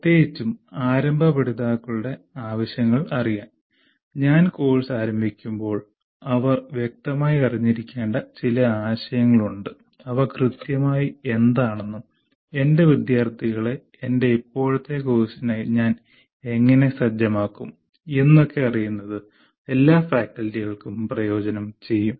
പ്രത്യേകിച്ചും ആരംഭ പഠിതാക്കളുടെ ആവശ്യങ്ങൾ അറിയാൻ ഞാൻ കോഴ്സ് ആരംഭിക്കുമ്പോൾ അവർ വ്യക്തമായി അറിഞ്ഞിരിക്കേണ്ട ചില ആശയങ്ങൾ ഉണ്ട് അവ കൃത്യമായി എന്താണെന്നും എന്റെ വിദ്യാർത്ഥികളെ എന്റെ ഇപ്പോഴത്തെ കോഴ്സിനായി ഞാൻ എങ്ങനെ സജ്ജമാക്കും എന്നൊക്കെ അറിയുന്നത് എല്ലാ ഫാക്കൽറ്റികൾക്കും പ്രയോജനം ചെയ്യും